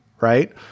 right